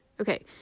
okay